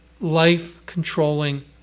life-controlling